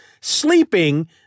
sleeping